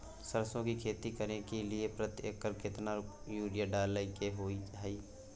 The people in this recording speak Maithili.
सरसो की खेती करे के लिये प्रति एकर केतना यूरिया डालय के होय हय?